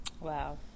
wow